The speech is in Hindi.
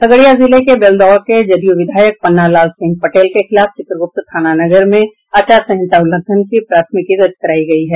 खगड़िया जिले के बेलदौर के जदयू विधायक पन्ना लाल सिंह पटेल के खिलाफ चित्रगुप्त नगर थाना में आचार संहिता उल्लंघन की प्राथमिकी दर्ज करायी गयी है